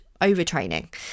overtraining